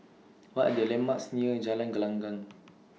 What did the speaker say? What Are The landmarks near Jalan Gelenggang